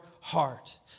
heart